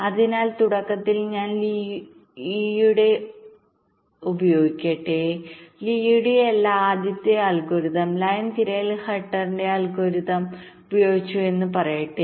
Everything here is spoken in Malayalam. അതിനാൽ തുടക്കത്തിൽ ഞാൻ ലീയുടെ ഉപയോഗിക്കട്ടെ ലീയുടെ അല്ല ആദ്യ അൽഗോരിതം ലൈൻ തിരയൽ ഹൈട്ടവറിന്റെ അൽഗോരിതംHightower's algorithmഉപയോഗിച്ചുവെന്ന് പറയട്ടെ